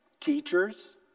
teachers